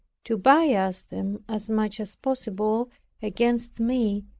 to bias them as much as possible against me.